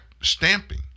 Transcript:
stamping